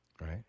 Right